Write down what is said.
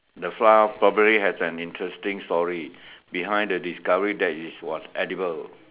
the flour probably has an interesting story behind the discovery that it was edible